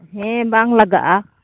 ᱦᱮᱸ ᱵᱟᱝ ᱞᱟᱜᱟᱜᱼᱟ